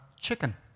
chicken